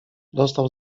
dostał